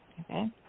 Okay